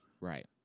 Right